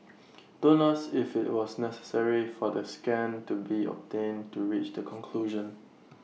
don't ask if IT was necessary for the scan to be obtained to reach the conclusion